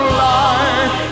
life